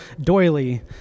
doily